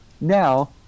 Now